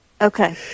Okay